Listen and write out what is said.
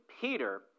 Peter